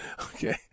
Okay